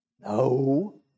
No